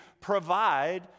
provide